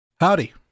Howdy